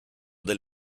del